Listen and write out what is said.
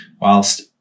whilst